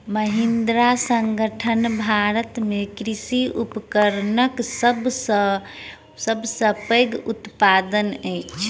महिंद्रा संगठन भारत में कृषि उपकरणक सब सॅ पैघ उत्पादक अछि